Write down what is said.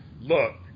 look